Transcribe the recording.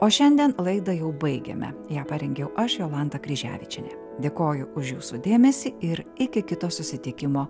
o šiandien laidą jau baigėme ją parengiau aš jolanta kryževičienė dėkoju už jūsų dėmesį ir iki kito susitikimo